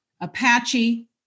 Apache